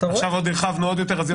ועכשיו עוד הרחבנו עוד יותר.